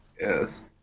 Yes